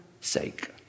sake